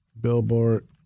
Billboard